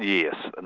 yes. and